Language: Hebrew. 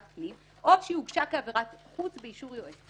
פנים או שהוגשה כעבירת חוץ באישור יועץ.